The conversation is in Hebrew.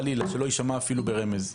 חלילה, שלא יישמע אפילו ברמז.